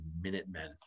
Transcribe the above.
Minutemen